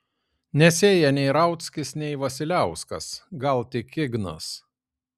nesėja nei rauckis nei vasiliauskas gal tik ignas